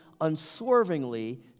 unswervingly